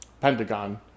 Pentagon